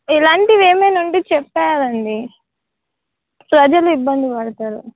ఇలాంటివి ఏమైనా ఉంటే చెప్పేయాలండి ప్రజలు ఇబ్బంది పడతారు